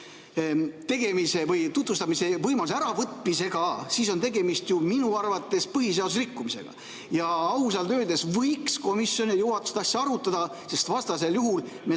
ettepaneku tutvustamise võimaluse äravõtmisega, siis on tegemist minu arvates põhiseaduse rikkumisega. Ausalt öeldes võiks komisjon ja juhatus seda asja arutada, sest vastasel juhul me